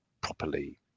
properly